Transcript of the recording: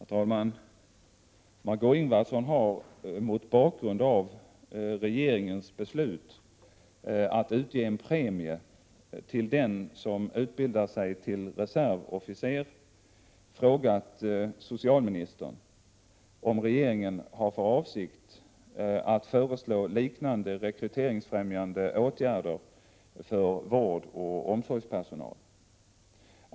Herr talman!